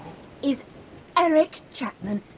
is eric chapman.